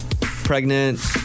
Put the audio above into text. Pregnant